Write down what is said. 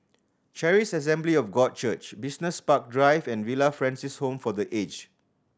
Charis Assembly of God Church Business Park Drive and Villa Francis Home for The Aged